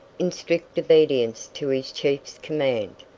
in strict obedience to his chief's command,